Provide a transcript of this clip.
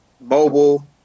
mobile